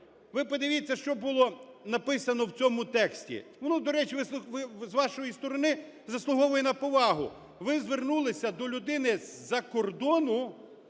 Ви подивіться, що було написано в цьому тексті. Ну, до речі, з вашої сторони заслуговує на повагу. Ви звернулися до людини з-за кордону